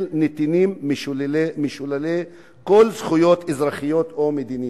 נתינים משוללי כל זכויות אזרחיות או מדיניות,